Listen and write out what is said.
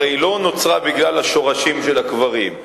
היא הרי לא נוצרה בגלל השורשים של הקברים,